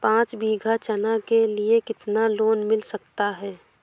पाँच बीघा चना के लिए कितना लोन मिल सकता है?